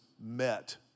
met